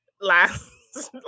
last